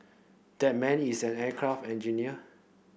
that man is an aircraft engineer